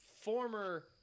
former –